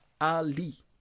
Ali